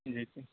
جی